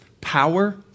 power